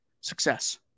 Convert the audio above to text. success